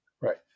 Right